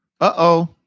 Uh-oh